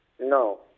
No